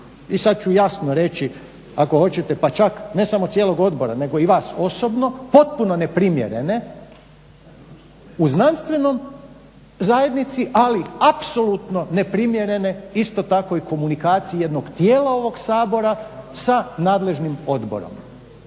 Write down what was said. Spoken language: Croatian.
i sada ću jasno reći i ako hoćete pa čak ne samo cijelog odbora nego i vas osobno, potpuno neprimjerene u znanstvenoj zajednici ali apsolutno neprimjerene isto tako komunikaciji jednog dijela ovog Sabora sa nadležnim odborom.